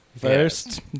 First